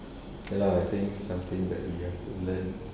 ya I think something that we have to learn